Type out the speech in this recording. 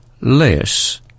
less